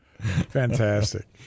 Fantastic